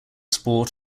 sport